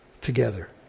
together